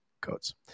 codes